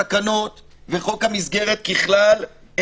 התקנות וחוק המסגרת ככלל,